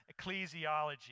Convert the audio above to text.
ecclesiology